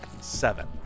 Seven